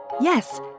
Yes